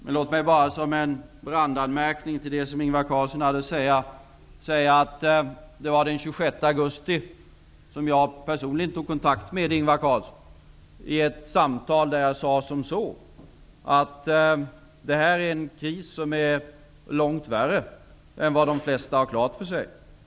Men låt mig, som en randanmärkning till det som Ingvar Carlsson hade att säga, tala om att det var den 26 augusti som jag personligen tog kontakt med Ingvar Carlsson i ett samtal, då jag sade att detta är en kris som är långt värre än vad de flesta har klart för sig.